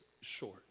short